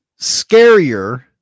scarier